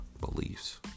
beliefs